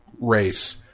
race